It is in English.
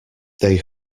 they